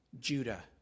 Judah